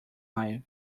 alive